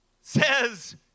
says